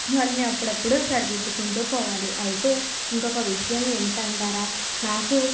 వాటిని అప్పుడప్పుడు సరిదిద్దుకుంటూ పోవాలి అయితే ఇంకొక విషయం ఏమిటంటారా నాకు